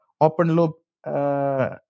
open-loop